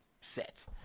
set